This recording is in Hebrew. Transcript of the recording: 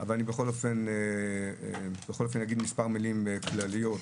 אבל בכול אופן, אגיד מספר מילים כלליות.